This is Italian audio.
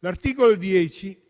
L'articolo 10